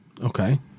Okay